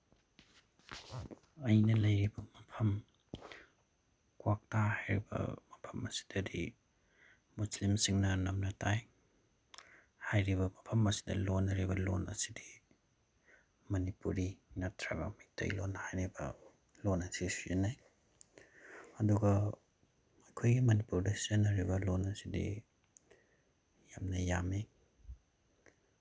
ꯑꯩꯅ ꯂꯩꯔꯤꯕ ꯃꯐꯝ ꯀ꯭ꯋꯥꯛꯇꯥ ꯍꯥꯏꯔꯤꯕ ꯃꯐꯝ ꯑꯁꯤꯗꯗꯤ ꯃꯨꯁꯂꯤꯝꯁꯤꯡꯅ ꯅꯝꯅ ꯇꯥꯏ ꯍꯥꯏꯔꯤꯕ ꯃꯐꯝ ꯑꯁꯤꯗ ꯂꯣꯟꯅꯔꯤꯕ ꯂꯣꯟ ꯑꯁꯤꯗꯤ ꯃꯅꯤꯄꯨꯔꯤ ꯅꯠꯇ꯭ꯔꯒ ꯃꯩꯇꯩꯂꯣꯟ ꯍꯥꯏꯔꯤꯕ ꯂꯣꯟ ꯑꯁꯤ ꯁꯤꯖꯤꯟꯅꯩ ꯑꯗꯨꯒ ꯑꯩꯈꯣꯏꯒꯤ ꯃꯅꯤꯄꯨꯔꯗ ꯁꯤꯖꯤꯟꯅꯔꯤꯕ ꯂꯣꯟ ꯑꯁꯤꯗꯤ ꯌꯥꯝꯅ ꯌꯥꯝꯃꯤ